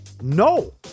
no